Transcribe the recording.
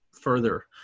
further